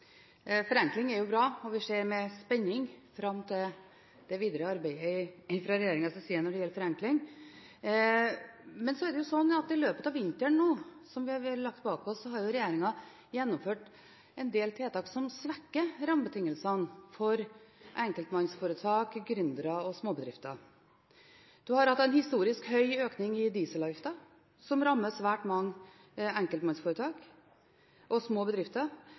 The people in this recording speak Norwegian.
vi ser med spenning fram til det videre arbeidet fra regjeringens side når det gjelder forenkling. I løpet av vinteren som vi har lagt bak oss, har regjeringen gjennomført en del tiltak som svekker rammebetingelsene for enkeltpersonforetak, gründere og småbedrifter. Vi har hatt en historisk høy økning i dieselavgiften, noe som rammer svært mange enkeltpersonforetak og små bedrifter.